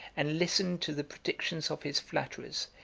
and listened to the predictions of his flatterers,